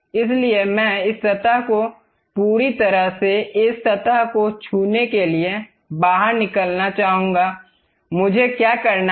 इसलिए मैं इस सतह को पूरी तरह से इस सतह को छूने के लिए बाहर निकालना चाहूंगा मुझे क्या करना है